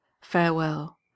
Farewell